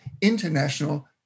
international